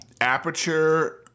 aperture